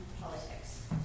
politics